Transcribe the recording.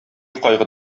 кайгы